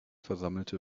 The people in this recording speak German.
versammelte